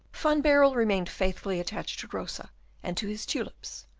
van baerle remained faithfully attached to rosa and to his tulips.